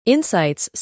Insights